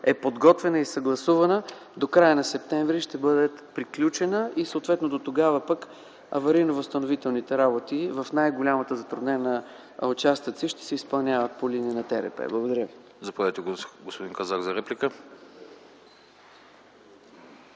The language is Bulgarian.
е подготвена и съгласувана. До края на м. септември ще бъде приключена. Съответно дотогава аварийно-възстановителните работи в най-затруднените участъци ще се изпълняват по линия на ТРП. Благодаря ви.